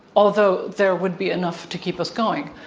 although there would be enough to keep us going.